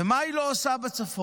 ומה היא לא עושה בצפון?